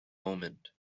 moment